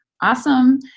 awesome